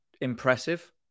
impressive